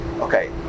okay